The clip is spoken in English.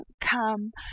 come